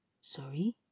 Sorry